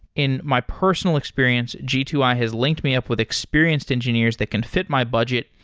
in my personal experience, g two i has linked me up with experienced engineers that can fit my budget,